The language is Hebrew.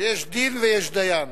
יש דין ויש דיין.